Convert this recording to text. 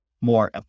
more